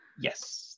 Yes